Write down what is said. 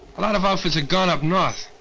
a lot of officers had gone up north,